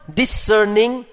discerning